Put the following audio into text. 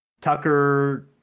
Tucker